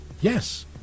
yes